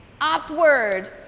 upward